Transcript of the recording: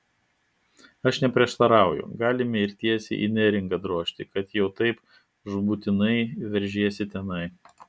aš neprieštarauju galime ir tiesiai į neringą drožti kad jau taip žūtbūtinai veržiesi tenai